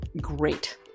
great